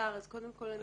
קודם כל אני